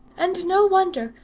and no wonder,